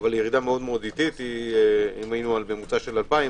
אבל מאוד איטית היינו בממוצע של 2,000,